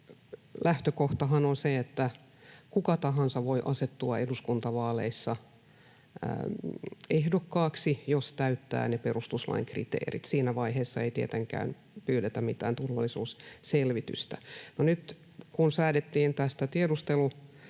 lähtökohtahan on se, että kuka tahansa voi asettua eduskuntavaaleissa ehdokkaaksi, jos täyttää ne perustuslain kriteerit. Siinä vaiheessa ei tietenkään pyydetä mitään turvallisuusselvitystä. Nyt kun säädettiin tästä